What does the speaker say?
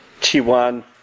t1